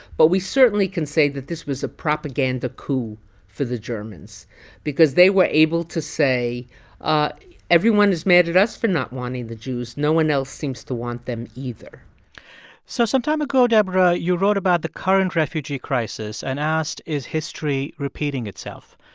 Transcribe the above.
but we certainly can say that this was a propaganda coup for the germans because they were able to say ah everyone is mad at us for not wanting the jews. no one else seems to want them either so sometime ago, deborah, you wrote about the current refugee crisis and asked is history repeating itself.